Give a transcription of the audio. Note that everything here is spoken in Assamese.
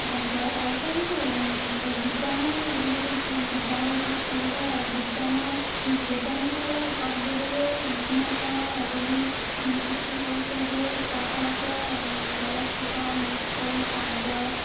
তাঁত বয় আজিকালি বিজ্ঞানৰ যিহেতু যুগ বিজ্ঞানৰ যুগ সেয়েহে বিজ্ঞানক বৈজ্ঞানিকসকলে তাঁত ববলৈও বিভিন্ন ধৰণৰ সঁজুলি সৃষ্টি কৰিছে সেই তাঁতশালতে বেলেগ সূতা মিক্স কৰি তাঁত বয়